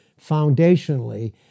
foundationally